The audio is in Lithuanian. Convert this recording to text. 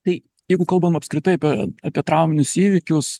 tai jeigu kalbam apskritai apie apie trauminius įvykius